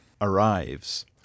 arrives